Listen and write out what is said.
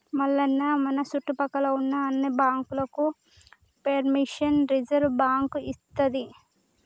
మల్లన్న మన సుట్టుపక్కల ఉన్న అన్ని బాంకులకు పెర్మిషన్ రిజర్వ్ బాంకు ఇత్తది